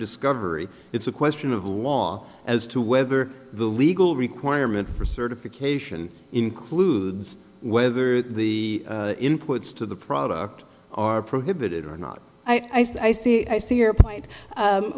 discovery it's a question of law as to whether the legal requirement for certification includes whether the inputs to the product are prohibited or not i see i see i see your point